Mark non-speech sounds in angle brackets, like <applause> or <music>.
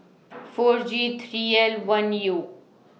<noise> four G three L one U